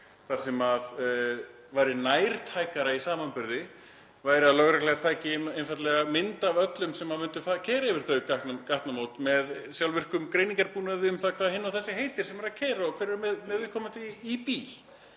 Það sem væri nærtækara í samanburði væri að lögreglan tæki einfaldlega mynd af öllum sem myndu keyra yfir þau gatnamót með sjálfvirkum greiningarbúnaði sem finnur hvað hinn og þessi heitir sem er að keyra og hverjir eru með viðkomandi í bíl.